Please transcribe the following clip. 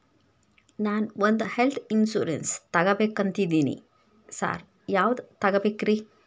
ನಾನ್ ಒಂದ್ health insurance ತಗಬೇಕಂತಿದೇನಿ sir ಯಾವದ ತಗಬೇಕ್ರಿ?